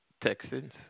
Texans